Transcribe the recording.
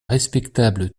respectable